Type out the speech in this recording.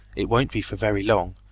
it won't be for very long,